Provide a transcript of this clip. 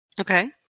Okay